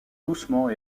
doucement